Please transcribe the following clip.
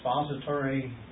expository